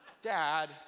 dad